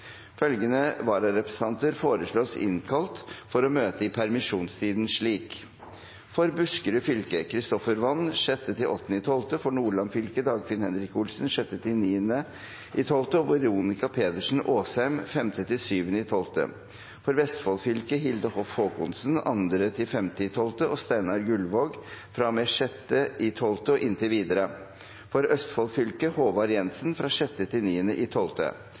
Følgende vararepresentanter innkalles for å møte i permisjonstiden: For Buskerud fylke: Christopher Wand 6.–8. desember For Nordland fylke: Dagfinn Henrik Olsen 6.–9. desember og Veronica Pedersen Åsheim 5.–7. desember For Vestfold fylke: Hilde Hoff Håkonsen 2.–5. desember og Steinar Gullvåg fra og med 6. desember og inntil videre For Østfold fylke: Håvard Jensen 6.–9. desember Hilde Hoff Håkonsen er til